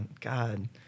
God